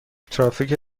ترافیک